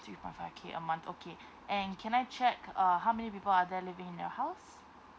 three point five K a month okay and can I check uh how many people are there living in your house